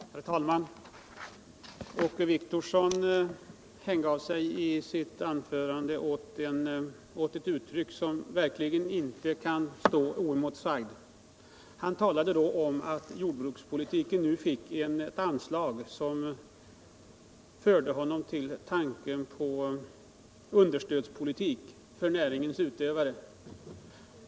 Herr talman! Åke Wictorsson använde i sitt anförade ett uttryck som verkligen inte kan få stå oemotsagt. Han talade om att jordbrukspolitiken nu fick ett anslag som förde tanken till understödspolitik för näringens utövare.